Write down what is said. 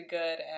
good